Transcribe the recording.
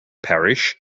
parish